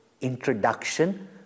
introduction